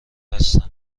هستم